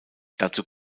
dazu